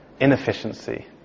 inefficiency